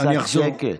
קצת שקט.